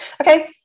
Okay